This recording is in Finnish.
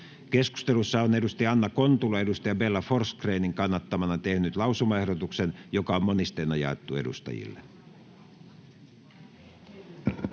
Keskustelussa on Anna Kontula Bella Forsgrénin kannattamana tehnyt lausumaehdotuksen, joka on monisteena jaettu edustajille.